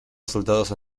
resultados